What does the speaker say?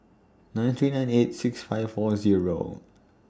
nine three nine eight six five four Zero